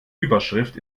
überschrift